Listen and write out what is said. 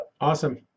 Awesome